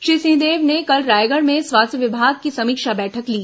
श्री सिंहदेव ने कल रायगढ़ में स्वास्थ्य विभाग की समीक्षा बैठक ली